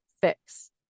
fix